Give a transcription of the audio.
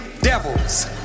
devils